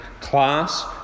class